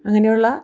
അങ്ങനെയുള്ള